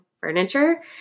furniture